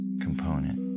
component